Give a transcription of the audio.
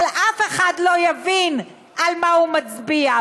אבל אף אחד לא יבין על מה הוא מצביע.